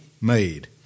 made